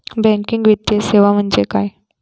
Banking वित्तीय सेवा म्हणजे काय?